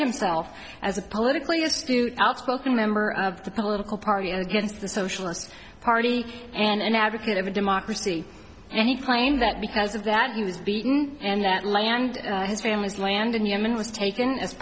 himself as a politically astute outspoken member of the political party against the socialist party and an advocate of a democracy and he claimed that because of that he was beaten and that land his family's land in yemen was to taken as